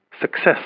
success